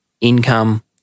Income